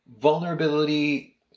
Vulnerability